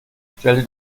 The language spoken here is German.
stellte